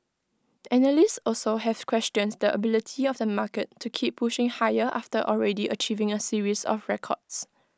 analysts also have questioned the ability of the market to keep pushing higher after already achieving A series of records